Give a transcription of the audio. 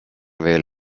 veel